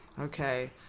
okay